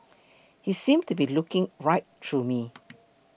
he seemed to be looking right through me